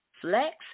Flex